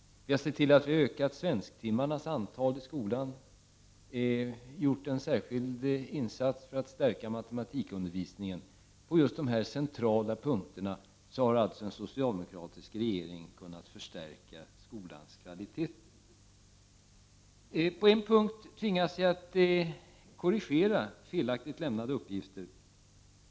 Vi har sett till att öka svensklektionernas antal i skolan och gjort särskilda insatser för att stärka matematikundervisningen. På just de här centrala punkterna har således en socialdemokratisk regering kunnat förstärka skolans kvalitet. I ett avseende tvingas jag korrigera felaktigt lämnade uppgifter.